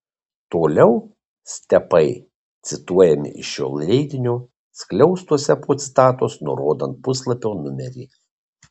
toliau stepai cituojami iš šio leidinio skliaustuose po citatos nurodant puslapio numerį